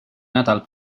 nädal